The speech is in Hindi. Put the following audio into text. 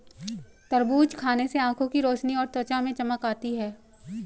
तरबूज खाने से आंखों की रोशनी और त्वचा में चमक आती है